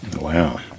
Wow